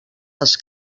les